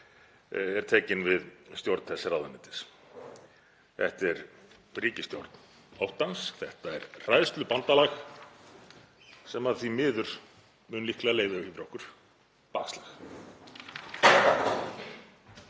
er tekinn við stjórn þess ráðuneytis eftir ríkisstjórn óttans. Þetta er hræðslubandalag sem því miður mun líklega leiða yfir okkur bakslag.